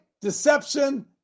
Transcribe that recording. deception